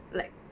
like